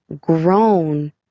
grown